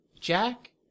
Jack